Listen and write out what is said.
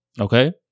Okay